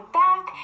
back